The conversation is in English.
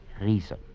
reason